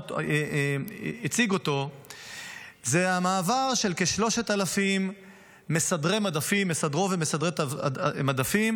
הוא המעבר של כ-3,000 מסדרות ומסדרי מדפים